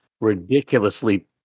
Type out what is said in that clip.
ridiculously